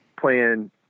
playing